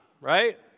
right